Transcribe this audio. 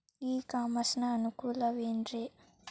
E commerce ನ ಅನುಕೂಲವೇನ್ರೇ?